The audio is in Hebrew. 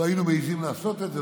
לא היינו מעיזים לעשות את זה,